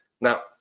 Now